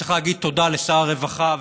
צריך להגיד תודה לשר הרווחה,